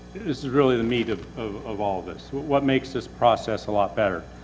is really the meat of, of, of all of this. what what makes this process a lot better?